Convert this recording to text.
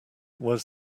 was